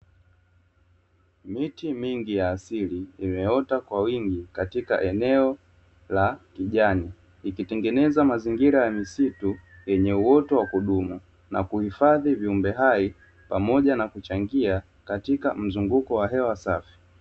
Miti mingi ya asili imeota kwa wingi katika eneo la kijani, ikitengeneza mazingira ya misitu yenye uoto wa kudumu na kuhifadhi viumbe hai pamoja na kuchangia katika mzunguko wa hewa safi.